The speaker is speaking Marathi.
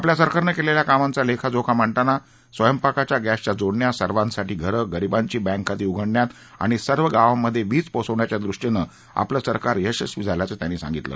आपल्या सरकारनं केलेल्या कामांचा लेखाजोखा मांडताना स्वयंपाकाच्या गॅसच्या जोडण्या सर्वांसाठी घरं गरिबांची बँक खाती उघडण्यात आणि सर्व गावांमध्ये वीज पोहोचवण्याच्या दृष्टीनं आपलं सरकार यशस्वी झाल्याचं त्यांनी सांगितलं